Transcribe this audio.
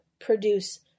produce